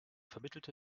vermittelte